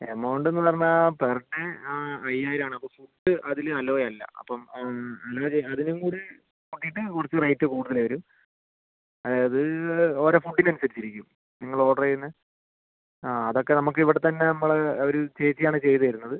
amount എന്ന് പറഞ്ഞാൽ per day അയ്യായിരം ആണ് അപ്പം ഫുഡ് അതിൽ അലൗ അല്ല അപ്പം അലൗ ചെയ് അതിനും കൂടെ കൂട്ടിയിട്ട് കുറച്ച് റേറ്റ് കൂടുതൽ വരും അതായത് ഓരോ ഫുഡിനനുസരിച്ചിരിക്കും നിങ്ങൾ ഓർഡർ ചെയ്യുന്ന ആ അതൊക്കെ നമുക്ക് ഇവിടെത്തന്നെ നമ്മൾ ഒരു ചേച്ചിയാണ് ചെയ്ത് തരുന്നത്